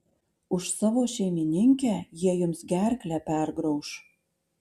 už savo šeimininkę jie jums gerklę pergrauš